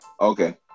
Okay